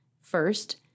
First